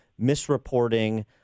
misreporting